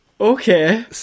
Okay